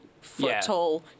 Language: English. foot-tall